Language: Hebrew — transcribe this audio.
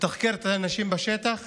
מתחקרת את האנשים בשטח